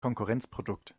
konkurrenzprodukt